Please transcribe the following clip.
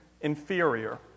inferior